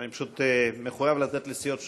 אני פשוט מחויב לתת לסיעות שונות,